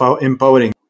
empowering